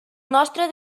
nostre